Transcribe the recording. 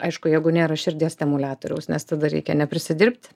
aišku jeigu nėra širdies stimuliatoriaus nes tada reikia neprisidirbt